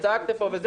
צעקתם פה,